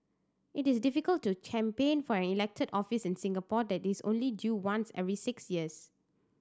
it is difficult to campaign for an elected office in Singapore that is only due once every six years